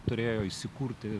turėjo įsikurti